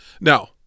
Now